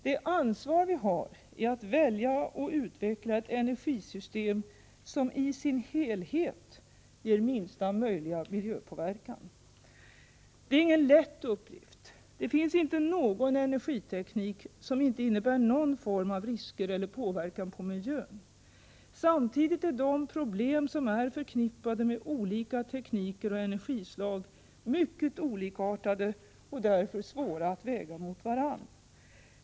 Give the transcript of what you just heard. Det ansvar vi har är att välja och utveckla ett energisystem som i sin helhet ger minsta möjliga miljöpåverkan. Det är ingen lätt uppgift. Det finns inte någon energiteknik som inte innebär någon form av risker eller påverkan på miljön. Samtidigt är de problem som är förknippade med olika tekniker och energislag mycket olikartade och därför svåra att väga mot varandra.